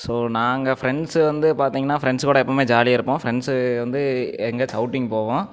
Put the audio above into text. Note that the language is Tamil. ஸோ நாங்கள் ஃப்ரெண்ட்ஸ் வந்து பார்த்திங்கனா ஃப்ரெண்ட்ஸ் கூட எப்பயுமே ஜாலியாக இருப்போம் ஃப்ரெண்ட்ஸு வந்து எங்கேயாச்சும் அவுட்டிங் போவோம்